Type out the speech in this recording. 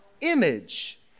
image